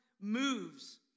moves